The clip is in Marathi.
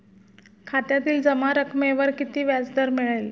खात्यातील जमा रकमेवर किती व्याजदर मिळेल?